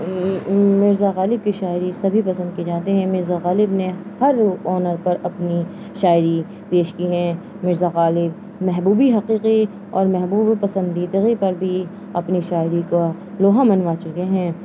مرزا غالب کی شاعری سبھی پسند کی جاتے ہیں مرزا غالب نے ہر آنر پر اپنی شاعری پیش کی ہیں مرزا غالب محبوبی حقیقی اور محبوب پسندیدگی پر بھی اپنی شاعری کا لوہا منوا چکے ہیں